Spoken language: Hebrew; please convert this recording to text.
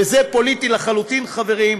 וזה פוליטי לחלוטין, חברים.